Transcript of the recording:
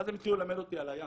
ואז הם התחילו ללמד אותי על הים.